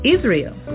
Israel